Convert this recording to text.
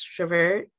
extrovert